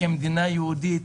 כמדינה יהודית,